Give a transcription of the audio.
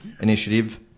initiative